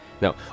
Now